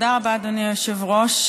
תודה רבה, אדוני היושב-ראש.